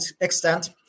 extent